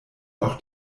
auch